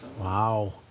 Wow